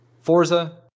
Forza